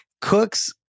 Cooks